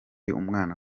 umwana